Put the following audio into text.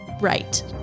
Right